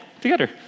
together